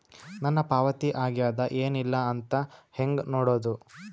ನನ್ನ ಪಾವತಿ ಆಗ್ಯಾದ ಏನ್ ಇಲ್ಲ ಅಂತ ಹೆಂಗ ನೋಡುದು?